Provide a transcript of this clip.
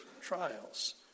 trials